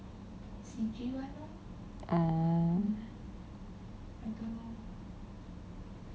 oh